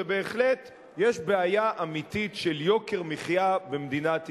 ובהחלט יש בעיה אמיתית של יוקר מחיה במדינת ישראל.